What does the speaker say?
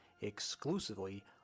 exclusively